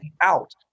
out